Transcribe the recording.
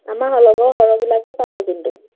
আমাৰ লগৰ সৰহবিলাকে পালে কিন্তু